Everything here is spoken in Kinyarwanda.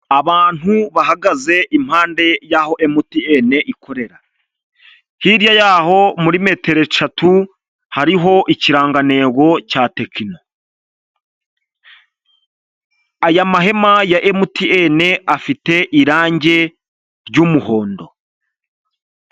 Abantu bahagaze impande yaho MTN ikorera, hirya yaho muri metero eshatu hariho ikirangantego Tekino, aya mahema ya MTN afite irange ry'umuhondo.